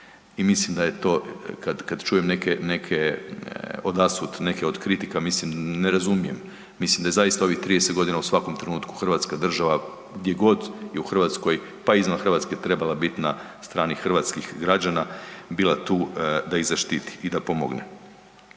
I mislim da ja je to, kad čujem neke, neke odasvud, neke od kritika, mislim, ne razumijem. Mislim da je zaista ovih 30 godina u svakom trenutku hrvatska država, gdje god je u Hrvatskoj, pa i izvan Hrvatske trebala biti na strani hrvatskih građana, bila tu da ih zaštiti i da pomogne.